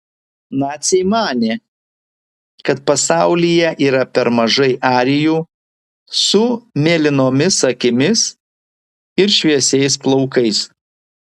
naciai manė kad pasaulyje yra per mažai arijų su mėlynomis akimis ir šviesiais plaukais